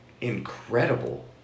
incredible